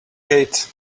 gate